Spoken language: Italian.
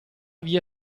via